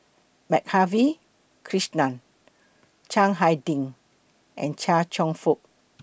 Madhavi Krishnan Chiang Hai Ding and Chia Cheong Fook